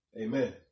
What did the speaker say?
Amen